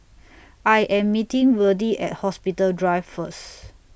I Am meeting Verdie At Hospital Drive First